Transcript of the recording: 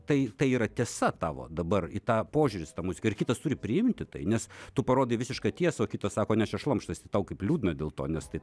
tai tai yra tiesa tavo dabar į tą požiūris į tą muziką ir kitas turi priimti tai nes tu parodai visišką tiesą o kitas sako ne šlamštas tai tau kaip liūdna dėl to nes tai